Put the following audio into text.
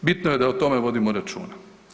Bitno je da o tome vodimo računa.